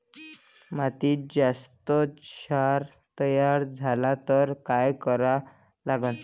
मातीत जास्त क्षार तयार झाला तर काय करा लागन?